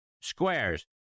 Squares